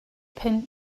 pin